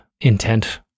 intent